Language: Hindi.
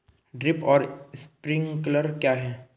ड्रिप और स्प्रिंकलर क्या हैं?